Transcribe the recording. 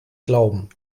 glauben